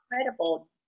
incredible